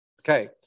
Okay